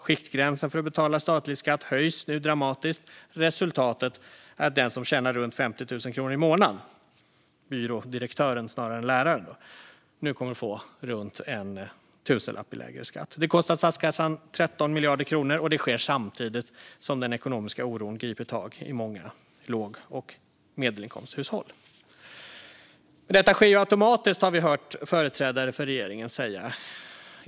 Skiktgränsen för att betala statlig skatt höjs nu dramatiskt. Resultatet är att den som tjänar runt 50 000 kronor i månaden - byrådirektören snarare än läraren - nu kommer att få runt en tusenlapp lägre skatt. Det kostar statskassan 13 miljarder kronor. Och det sker samtidigt som den ekonomiska oron griper tag i många låg och medelinkomsthushåll. Men detta sker ju automatiskt, har vi hört företrädare för regeringen säga.